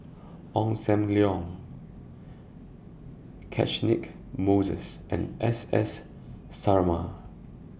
Ong SAM Leong Catchick Moses and S S Sarma